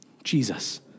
Jesus